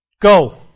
Go